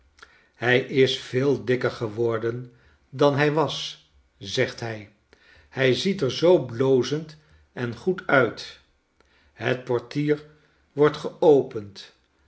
hij is veel dikker geworden dan hij was zegt hij hij ziet er zoo blozend en goed uit het portier wordt geopend